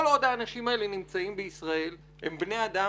כל עוד האנשים האלה נמצאים בישראל, הם בני אדם